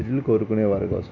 సిరులు కోరుకునేవారు కోసం